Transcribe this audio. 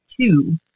two